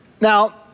Now